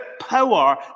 power